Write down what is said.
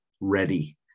Ready